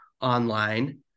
online